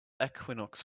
equinox